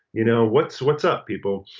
you know what's what's up people.